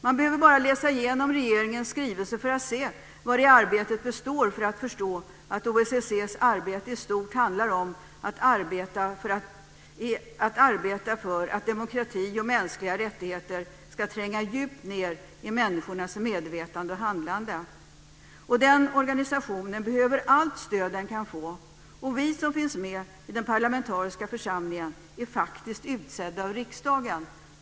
Man behöver bara läsa igenom regeringens skrivelse för att förstå att OSSE:s arbete i stort handlar om att arbeta för att demokrati och mänskliga rättigheter ska tränga djupt ned i människornas medvetande och handlande. Den organisationen behöver allt stöd den kan få. Vi som finns med i den parlamentariska församlingen är faktiskt utsedda av riksdagen.